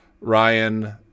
Ryan